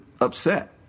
upset